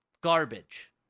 garbage